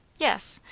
yes.